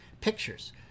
pictures